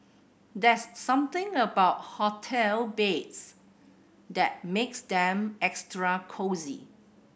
that's something about hotel beds that makes them extra cosy